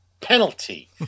penalty